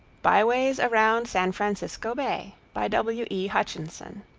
byways around san francisco bay by w. e. hutchinson